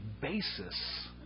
basis